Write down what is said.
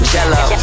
Jello